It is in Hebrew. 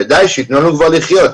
ודיי, שיתנו לנו לחיות.